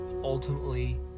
ultimately